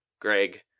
Greg